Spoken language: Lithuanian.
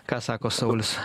ką sako saulius